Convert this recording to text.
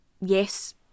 yes